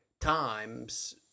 times